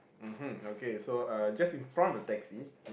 mmhmm okay so uh just in front of the taxi